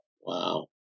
Wow